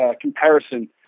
comparison